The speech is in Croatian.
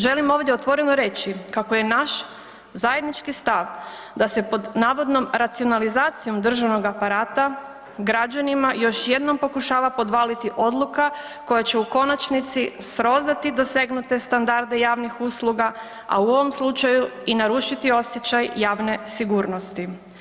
Želim ovdje otvoreno reći kako je naš zajednički stav da se pod navodnom racionalizacijom državnog aparata građanima još jednom pokušava podvaliti odluka koja će u konačnici srozati dosegnute standarde javnih usluga, a u ovom slučaju i narušiti osjećaj javne sigurnosti.